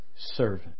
servant